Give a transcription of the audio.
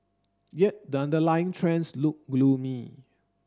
yet the underlying trends look gloomy